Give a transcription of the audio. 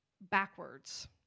backwards